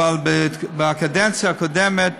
אבל בקדנציה הקודמת